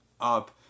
up